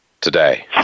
today